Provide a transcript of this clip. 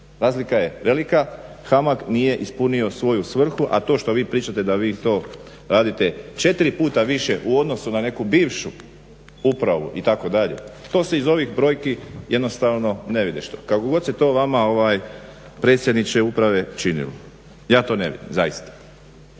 Razlika je velika, HAMAG nije ispunio svoju svrhu, a to što vi pričate da vi to radite četiri puta više u odnosu na neku bivšu upravu itd., to se iz ovih brojki jednostavno ne vidi. Kako god se to vama predsjedniče uprave činilo. Ja to ne vidim, zaista.